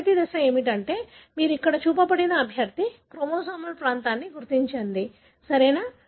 మొదటి దశ ఏమిటంటే మీరు ఇక్కడ చూపబడిన అభ్యర్థి క్రోమోజోమల్ ప్రాంతాన్ని గుర్తించాలి సరియైనదా